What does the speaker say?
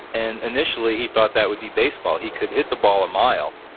and initially, he thought that would be baseball. he could hit the ball a mile.